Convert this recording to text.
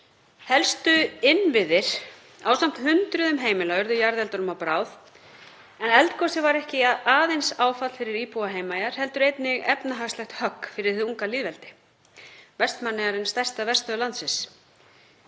Helstu innviðir, ásamt hundruðum heimila, urðu jarðeldunum að bráð, en eldgosið var ekki aðeins áfall fyrir íbúa Heimaeyjar heldur einnig efnahagslegt högg fyrir hið unga lýðveldi. Vestmannaeyjar eru stærsta verstöð landsins.